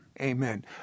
Amen